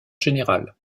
général